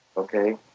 okay?